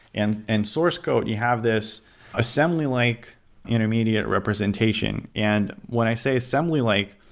and and source code, you have this assembly-like intermediate representation. and when i say assembly-like,